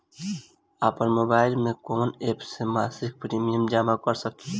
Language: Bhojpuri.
आपनमोबाइल में कवन एप से मासिक प्रिमियम जमा कर सकिले?